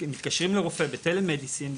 מתקשרים לרופא ב-telemedicine,